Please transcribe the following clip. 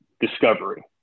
discovery